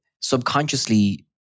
subconsciously